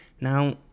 Now